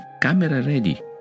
camera-ready